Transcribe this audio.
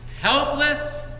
helpless